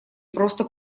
просто